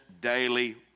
daily